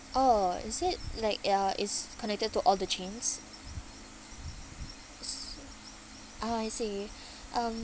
oh is it like ya is connected to all the chains s~ oh I see um